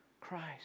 Christ